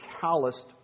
calloused